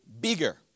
Bigger